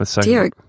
Dear